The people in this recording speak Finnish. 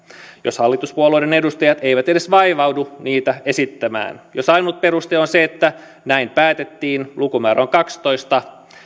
jos hallituspuolueiden edustajat eivät edes vaivaudu niitä esittämään jos ainut peruste on se että näin päätettiin lukumäärä on kaksitoista